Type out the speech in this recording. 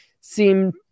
seem